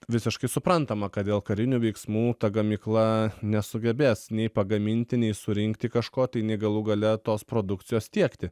visiškai suprantama kad dėl karinių veiksmų ta gamykla nesugebės nei pagaminti nei surinkti kažko tai nei galų gale tos produkcijos tiekti